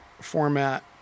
format